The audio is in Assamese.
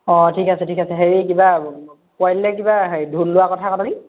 অ ঠিক আছে ঠিক আছে হেৰি কিবা কিবা ঢোল লোৱা কথা